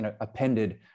appended